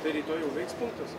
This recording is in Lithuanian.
tai rytoj jau veiks punktas